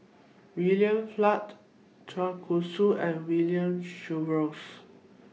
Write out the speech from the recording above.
William Flint Chua Koon Siong and William Jervois